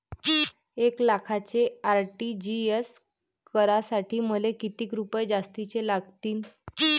एक लाखाचे आर.टी.जी.एस करासाठी मले कितीक रुपये जास्तीचे लागतीनं?